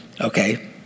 okay